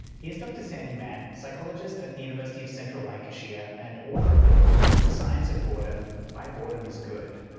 here's dr sandi mann, psychologist at the university of central lancashire, and author of the book the science of boredom why boredom is good.